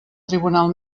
tribunal